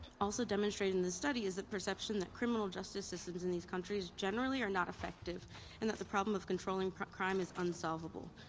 also demonstrated in the study is the perception that criminal justice systems in these countries generally are not effective and that the problem of controlling crime is unsolvable.